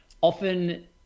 often